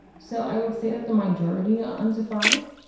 so i would say that the majority on to five.